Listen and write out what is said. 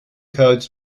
codes